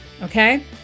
okay